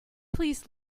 please